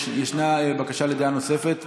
ישנה בקשה לדעה נוספת.